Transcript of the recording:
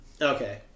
Okay